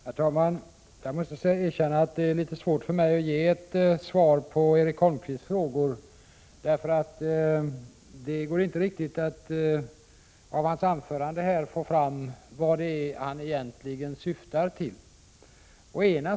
Herr talman! Jag måste erkänna att det är litet svårt för mig att ge ett svar på Erik Holmkvists frågor. Det går nämligen inte att av hans anförande få fram vad han egentligen syftar till.